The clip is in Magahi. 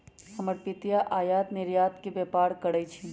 हमर पितिया आयात निर्यात के व्यापार करइ छिन्ह